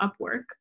upwork